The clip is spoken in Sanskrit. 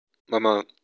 मम